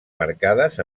marcades